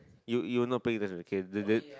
you you not paying attention K did it